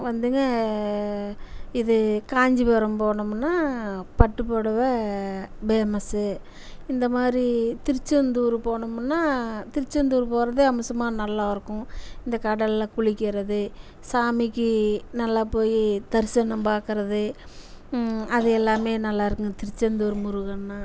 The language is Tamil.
வந்துங்க இது காஞ்சிபுரம் போனமுன்னால் பட்டு புடவை பேமஸ்ஸு இந்தமாதிரி திருச்செந்தூர் போனமுன்னால் திருச்செந்தூர் போகிறது அம்சமா நல்லாயிருக்கும் இந்த கடலில் குளிக்கிறது சாமிக்கு நல்லா போய் தரிசனம் பார்க்கறது அது எல்லாமே நல்லா இருக்கும் திருச்செந்தூர் முருகன்னால்